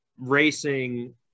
racing